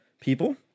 people